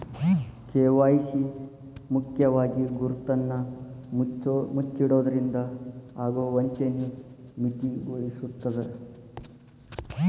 KYC ಮುಖ್ಯವಾಗಿ ಗುರುತನ್ನ ಮುಚ್ಚಿಡೊದ್ರಿಂದ ಆಗೊ ವಂಚನಿ ಮಿತಿಗೊಳಿಸ್ತದ